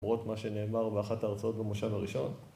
למרות מה שנאמר באחת ההרצאות במושב הראשון